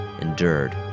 endured